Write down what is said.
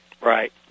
Right